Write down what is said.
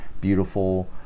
beautiful